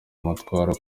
amatwara